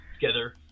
together